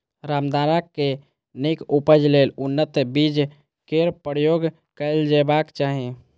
रामदाना के नीक उपज लेल उन्नत बीज केर प्रयोग कैल जेबाक चाही